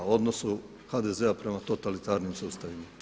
odnosu HDZ-a prema totalitarnim sustavima.